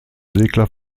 segler